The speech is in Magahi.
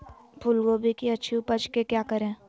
फूलगोभी की अच्छी उपज के क्या करे?